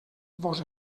vos